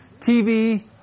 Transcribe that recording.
TV